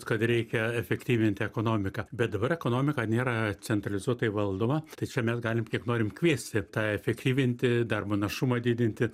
kad reikia efektyvinti ekonomiką bet dabar ekonomika nėra centralizuotai valdoma tai čia mes galim kiek norim kviesti tą efektyvinti darbo našumą didinti